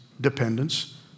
dependence